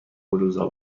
بلوزها